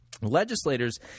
Legislators